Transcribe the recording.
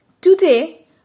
Today